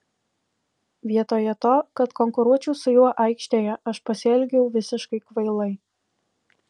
vietoje to kad konkuruočiau su juo aikštėje aš pasielgiau visiškai kvailai